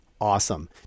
awesome